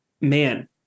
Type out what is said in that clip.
man